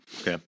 Okay